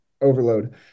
overload